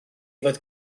fod